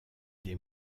des